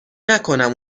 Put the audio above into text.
نکنم